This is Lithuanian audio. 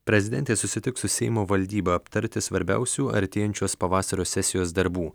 prezidentė susitiks su seimo valdyba aptarti svarbiausių artėjančios pavasario sesijos darbų